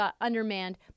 undermanned